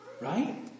Right